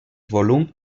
volum